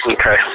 Okay